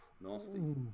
Nasty